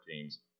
teams